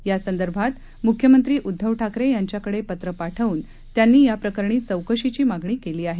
यासंदर्भात मुख्यमंत्री उद्धव ठाकरे यांच्याकडे पत्र पाठवून त्यांनी याप्रकरणी चौकशीची मागणी केली आहे